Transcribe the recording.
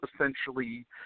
essentially